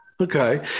Okay